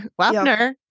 Wapner